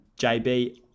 JB